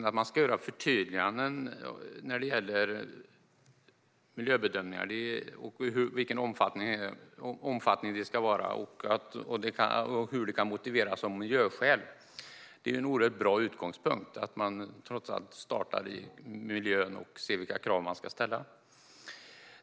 Att man ska göra förtydliganden när det gäller miljöbedömningar, i vilken omfattning de ska göras och hur de kan motiveras av miljöskäl är en oerhört bra utgångspunkt - att man trots allt startar i miljön och ser vilka krav man ska ställa.